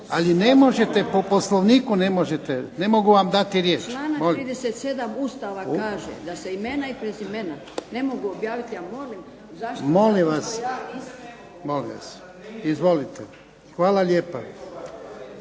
Ali ne možete po Poslovniku ne možete. Ne mogu vam dati riječ. **Krasić, Šima** Članak 37. Ustava kaže da se imena i prezimena ne mogu objaviti. Ja molim, zašto ... **Jarnjak, Ivan (HDZ)** Molim vas! Izvolite. Hvala lijepa.